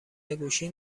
گوشی